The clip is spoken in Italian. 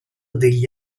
degli